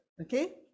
okay